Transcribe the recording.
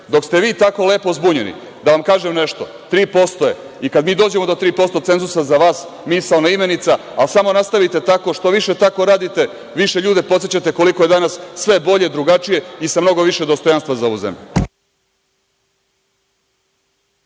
ste vi tako lepo zbunjeni, da vam kažem nešto, 3% je, i kada mi dođemo do 3% cenzusa, za vas misaona imenica. Ali, samo nastavite tako, što više tako radite, više ljude podsećate koliko je danas sve bolje, drugačije i sa mnogo više dostojanstva za ovu zemlju.